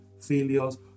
failures